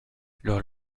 leur